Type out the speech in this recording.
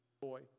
Boy